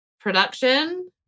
Production